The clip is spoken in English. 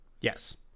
Yes